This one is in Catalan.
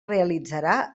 realitzarà